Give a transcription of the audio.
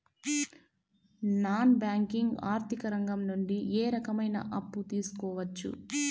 Non banking ఆర్థిక రంగం నుండి ఏ రకమైన అప్పు తీసుకోవచ్చు?